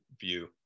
view